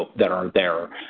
that are there.